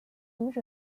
读者